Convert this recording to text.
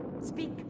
Speak